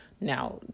now